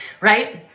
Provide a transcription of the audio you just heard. right